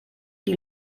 die